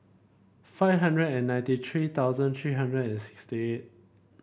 five hundred and ninety three thousand three hundred and sixty eight